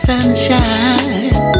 sunshine